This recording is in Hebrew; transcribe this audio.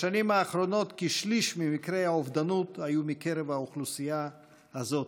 בשנים האחרונות כשליש ממקרי האובדנות היו מקרב האוכלוסייה הזאת,